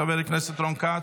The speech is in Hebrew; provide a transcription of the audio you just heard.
חבר הכנסת רון כץ,